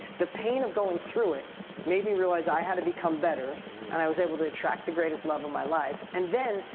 the pain of going through it made me realize i had to become better and i was able to attract the greatest love of my life. and then,